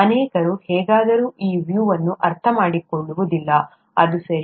ಅನೇಕರು ಹೇಗಾದರೂ ಈ ವ್ಯೂ ಅನ್ನು ಅರ್ಥಮಾಡಿಕೊಳ್ಳುವುದಿಲ್ಲ ಅದು ಸರಿ